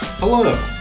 Hello